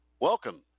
Welcome